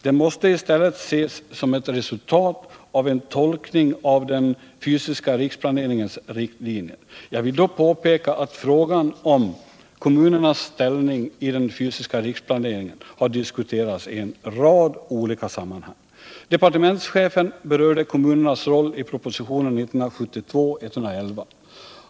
Det måste i stället ses som ett resultat av en tolkning av den fysiska riksplaneringens riktlinjer. Jag vill dock påpeka att frågan om kommunernas ställning i den fysiska riksplaneringen har diskuterats i en rad olika sammanhang. Departementschefen berörde kommunernas roll i propositionen 1972:111.